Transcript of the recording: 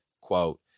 quote